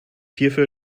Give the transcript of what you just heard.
hierfür